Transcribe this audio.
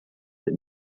that